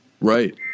Right